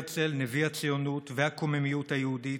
הרצל, נביא הציונות והקוממיות היהודית,